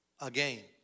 again